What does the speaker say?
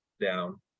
down